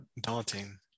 daunting